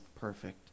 perfect